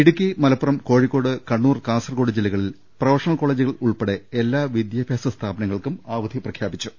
ഇടുക്കി മലപ്പുറം കോഴിക്കോട് കണ്ണൂർ കാസർകോട് വയനാട് ജില്ലകളിൽ പ്രൊഫഷണൽ കോളേജുകൾ ഉൾപ്പെടെ എല്ലാ വിദ്യാ ഭ്യാസ സ്ഥാപനങ്ങൾക്കും അവധി പ്രഖ്യാപിച്ചു